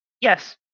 Yes